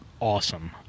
awesome